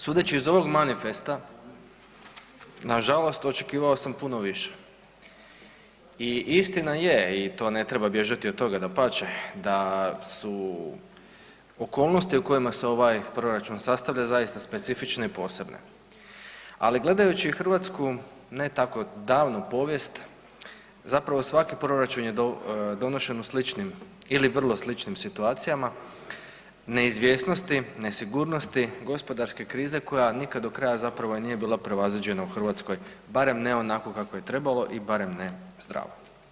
Sudeći iz ovog manifesta, nažalost očekivao sam puno više i istina je i to ne treba bježati od toga, dapače da su okolnosti u kojima se ovaj proračun sastavlja zaista specifične i posebne, ali gledajući Hrvatsku ne tako davno povijest zapravo svaki proračun je donošen u sličnim ili vrlo sličnim situacijama, neizvjesnosti, nesigurnosti, gospodarske krize koja nikad do kraja zapravo i nije bila prevaziđena u Hrvatskoj barem ne onako kako je trebalo i barem ne zdravo.